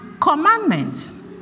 commandments